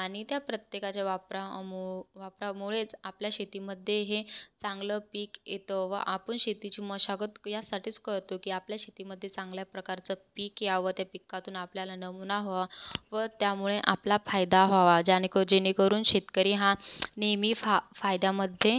आणि त्या प्रत्येकाच्या वापरामु वापरामुळेच आपल्या शेतीमध्ये हे चांगलं पीक येतं व आपुल शेतीची मशागत यासाठीच करतो की आपल्या शेतीमध्ये चांगल्या प्रकारचं पीक यावं त्या पिकातून आपल्याला नमुना हवा व त्यामुळे आपला फायदा व्हावा ज्यानेक् जेणेकरून शेतकरी हा नेहमी फा फायद्यामध्ये